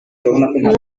umwe